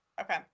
Okay